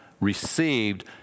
received